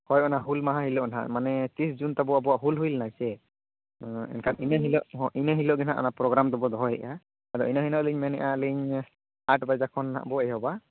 ᱦᱳᱭ ᱚᱱᱟ ᱦᱩᱞ ᱢᱟᱦᱟ ᱦᱤᱞᱳᱜ ᱦᱟᱸᱜ ᱢᱟᱱᱮ ᱛᱤᱨᱤᱥ ᱡᱩᱱ ᱛᱟᱵᱚ ᱟᱵᱚᱣᱟᱜ ᱦᱩᱞ ᱦᱩᱭᱞᱮᱱᱟ ᱥᱮ ᱮᱱᱠᱷᱟᱱ ᱤᱱᱟᱹ ᱦᱤᱞᱳᱜ ᱦᱚᱸ ᱤᱱᱟᱹ ᱦᱤᱞᱳᱜ ᱜᱮ ᱱᱟᱦᱟᱸᱜ ᱚᱱᱟ ᱯᱨᱳᱜᱨᱟᱢ ᱫᱚᱵᱚ ᱫᱚᱦᱚᱭᱮᱜᱼᱟ ᱟᱫᱚ ᱤᱱᱟᱹ ᱦᱤᱞᱳᱜ ᱞᱤᱧ ᱢᱮᱱᱮᱜᱼᱟ ᱟᱹᱞᱤᱧ ᱟᱸᱴ ᱵᱟᱡᱮ ᱠᱷᱚᱱ ᱱᱟᱦᱟᱜ ᱵᱚ ᱮᱦᱚᱵᱟ